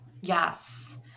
Yes